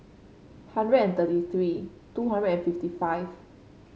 hundred and thirty three two hundred and fifty five